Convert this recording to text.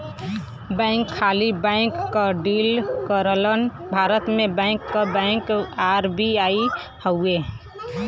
bank खाली bank क deal करलन भारत में बैंक क बैंक आर.बी.आई हउवे